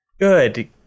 Good